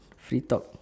free talk